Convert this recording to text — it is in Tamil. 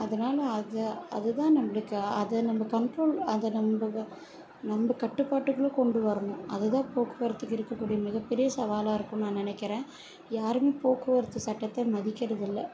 அதனால் அதை அதுதான் நம்மளுக்கு அது நம்ம கண்ட்ரோல் அது நம்ம நம்ம கட்டுப்பாட்டுக்கு கொண்டு வரணும் அதுதான் போக்குவரத்துக்கு இருக்கக்கூடிய மிகப் பெரிய சவாலாக இருக்கும்னு நான் நினைக்கிறேன் யாருமே போக்குவரத்து சட்டத்தை மதிக்கிறதில்லை